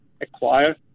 acquire